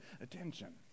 attention